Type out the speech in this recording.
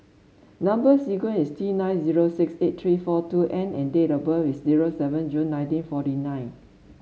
number sequence is T nine zero six eight three four two N and date of birth is zero seven June nineteen forty nine